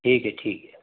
ठीक है ठीक है